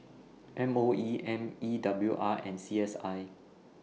M O E M E W R and C S I